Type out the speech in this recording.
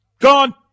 Gone